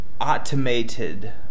automated